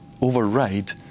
override